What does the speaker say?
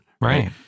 Right